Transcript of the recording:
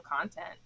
content